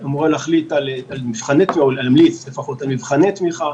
אמורה להמליץ על מבחני תמיכה